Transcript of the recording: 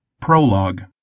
Prologue